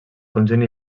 conjunt